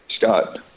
Scott